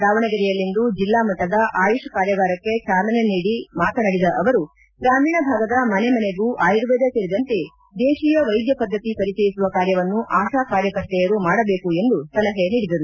ದಾವಣಗೆರೆಯಲ್ಲಿಂದು ಜಿಲ್ಲಾ ಮಟ್ಟದ ಆಯುಷ್ ಕಾರ್ಯಾಗಾರಕ್ಕೆ ಚಾಲನೆ ನೀಡಿ ಮಾತನಾಡಿದ ಅವರು ಗ್ರಾಮೀಣ ಭಾಗದ ಮನೆ ಮನೆಗೂ ಆಯುರ್ವೇದ ಸೇರಿದಂತೆ ದೇಶಿಯ ವೈದ್ಯ ಪದ್ಧತಿ ಪರಿಚಯಿಸುವ ಕಾರ್ಯವನ್ನು ಆಶಾ ಕಾರ್ಯಕರ್ತೆಯರು ಮಾಡಬೇಕು ಎಂದು ಸಲಹೆ ನೀಡಿದರು